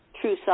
true